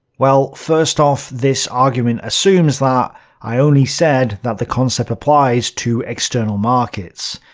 well, first off, this argument assumes that i only said that the concept applies to external markets.